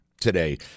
today